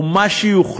או מה שיוחלט